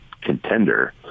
contender